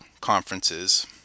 conferences